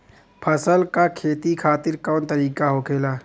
फसल का खेती खातिर कवन तरीका होखेला?